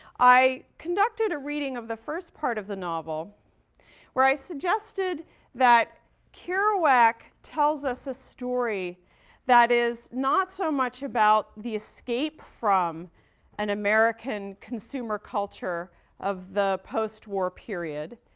i conducted a reading of the first part of the novel where i suggested that kerouac tells a story that is not so much about the escape from an american consumer culture of the postwar period